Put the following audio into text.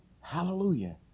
Hallelujah